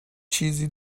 چیزی